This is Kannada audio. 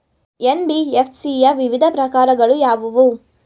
ಎನ್.ಬಿ.ಎಫ್.ಸಿ ಯ ವಿವಿಧ ಪ್ರಕಾರಗಳು ಯಾವುವು?